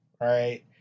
right